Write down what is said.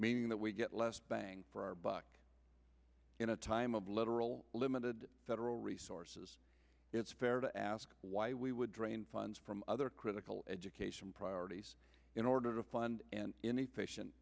meaning that we get less bang for our buck in a time of liberal limited federal resources it's fair to ask why we would drain funds from other critical education priorities in order to fund and inefficient